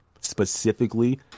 specifically